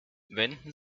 wenden